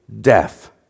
death